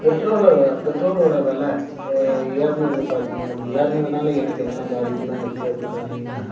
petrol பெட்ரோலோடய விலை ஏறினது பார்த்திங்க அப்படி ஏறினதுனால எனக்கு என்னென்ன பாதிப்பெல்லாம் இருக்குது அப்படின்னு பார்த்திங்கன்னா